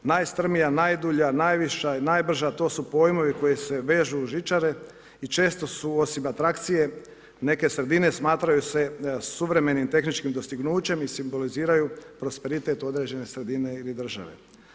Najstrmija, najdulja, najviša, najbrža, to su pojmovi koji se vežu uz žičare i često su osim atrakcije neke sredine, smatraju se suvremenim tehničkim dostignućem i simboliziraju prosperitet određene sredine ili države.